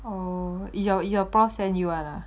oh your your prof send and you [one] ah